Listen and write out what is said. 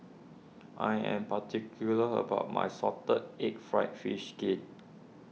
I am particular about my Salted Egg Fried Fish Skin